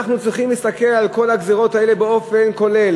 אנחנו צריכים להסתכל על כל הגזירות האלה באופן כולל,